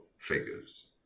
figures